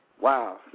Wow